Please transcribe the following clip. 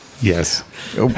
Yes